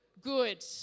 good